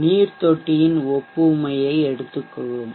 நீர் தொட்டியின் ஒப்புமையை எடுத்துக் கொள்வோம்